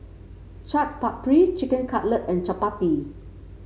Chaat Papri Chicken Cutlet and Chapati